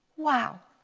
wow,